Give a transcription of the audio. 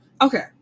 Okay